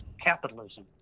capitalism